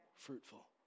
fruitful